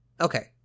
Okay